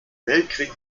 weltkrieg